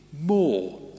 more